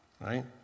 right